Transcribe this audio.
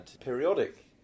periodic